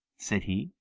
said he.